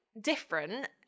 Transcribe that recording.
different